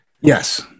yes